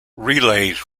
relays